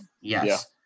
yes